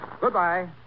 Goodbye